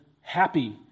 happy